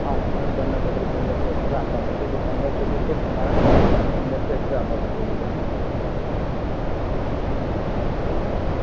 હા ત્રણ જણના ટોટલ પંદરસો એકસ્ટ્રા આપવા પડશે એટલે પંદરસો તો છે જ તમારા પંદરસો એકસ્ટ્રા આપવા પડશે બીજા હા